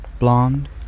Blonde